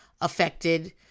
affected